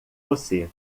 você